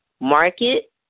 market